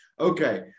Okay